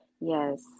Yes